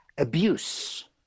abuse